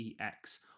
EX